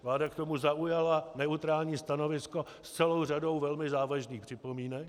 Vláda k tomu zaujala neutrální stanovisko s celou řadou velmi závažných připomínek.